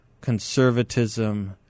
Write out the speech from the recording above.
conservatism